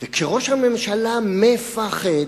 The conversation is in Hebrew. וכשראש הממשלה מ-פ-ח-ד,